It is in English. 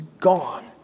gone